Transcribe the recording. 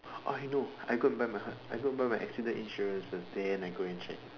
oh I know I go and buy my I go and buy my accident insurance first then I go and check